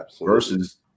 versus